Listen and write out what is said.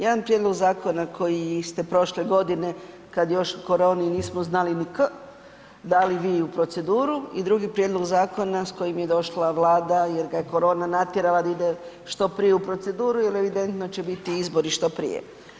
Jedan prijedlog zakoni koji ste prošle godine, kada još koroni nismo znali ni k, dali vi u proceduru i drugi prijedlog zakona s kojim je došla Vlada jer da je korona natjerala da ide što prije u proceduru jer evidentno će biti izbori što prije.